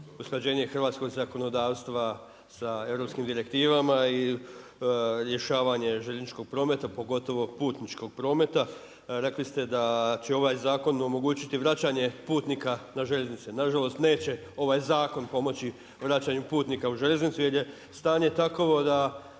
usklađenje hrvatskog zakonodavstva sa europskim direktivama i rješavanje željezničkog prometa pogotovo putničkog prometa. Rekli ste da će ovaj zakon omogućiti vraćanje putnika na željeznice. Na žalost neće ovaj zakon pomoći vraćanju putnika u željeznicu, jer je stanje takovo da